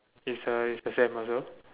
is a is exam also